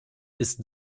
ist